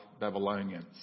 Babylonians